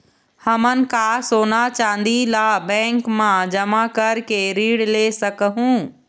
हमन का सोना चांदी ला बैंक मा जमा करके ऋण ले सकहूं?